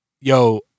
yo